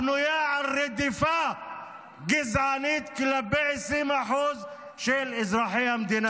הבנויה על רדיפה גזענית כלפי 20% מאזרחי המדינה.